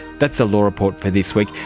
that's the law report for this week.